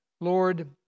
lord